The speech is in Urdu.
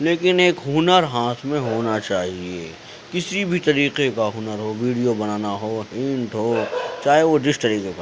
لیکن ایک ہنر ہاتھ میں ہونا چاہیے کسی بھی طریقہ کا ہنر ہو ویڈیو بنانا ہو ہنٹ ہو چاہے وہ جس طریقے کا ہو